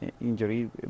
injury